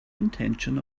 intention